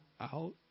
out